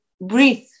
breathe